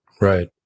Right